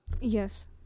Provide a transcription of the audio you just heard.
Yes